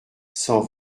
cent